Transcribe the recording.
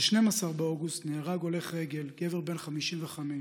ב-12 באוגוסט נהרג הולך רגל, גבר בן 55,